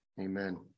Amen